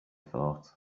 thought